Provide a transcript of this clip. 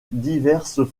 diverses